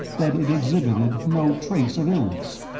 that it exhibited no trace of illness.